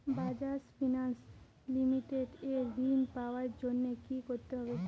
Bajaj finance limited এ ঋন পাওয়ার জন্য কি করতে হবে?